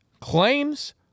claims